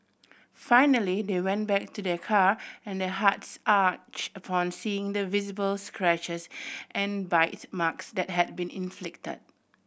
finally they went back to their car and their hearts ache upon seeing the visible scratches and bite marks that had been inflicted